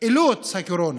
אילוץ הקורונה,